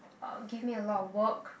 uh give me a lot of work